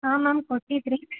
ಹಾಂ ಮ್ಯಾಮ್ ಕೊಟ್ಟಿದ್ದಿರಿ